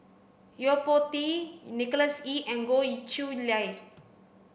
Yo Po Tee Nicholas Ee and Goh Chiew Lye